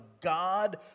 God